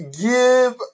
give